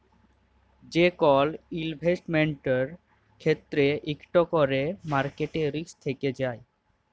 যে কল ইলভেসেটমেল্টের ক্ষেত্রে ইকট ক্যরে মার্কেট রিস্ক থ্যাকে যায়